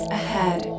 ahead